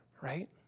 Right